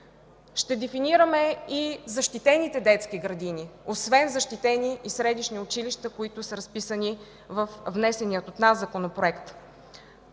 Ще дефинираме и защитените детски градини, освен защитени и средищни училища, които са разписани във внесения от нас Законопроект.